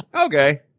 Okay